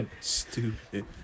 Stupid